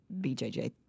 BJJ